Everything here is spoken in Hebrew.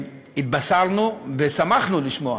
התבשרנו ושמחנו לשמוע